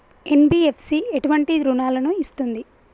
NBFC ఎటువంటి రుణాలను ఇస్తుంది?